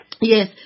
Yes